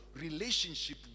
Relationship